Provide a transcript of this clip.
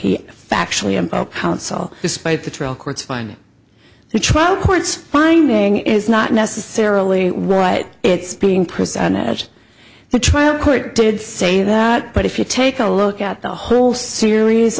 he factually and counsel despite the trial court's finding the trial court's finding is not necessarily right it's being presented the trial court did say that but if you take a look at the whole series